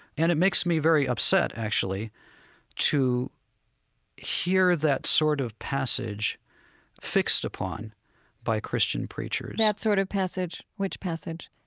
and it makes me very upset actually to hear that sort of passage fixed upon by christian preachers that sort of passage which passage?